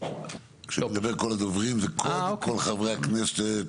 כשאני מדבר על כל הדוברים זה כל חברי הכנסת.